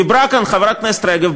אמרה כאן חברת הכנסת רגב,